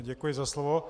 Děkuji za slovo.